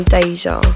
Deja